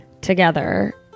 together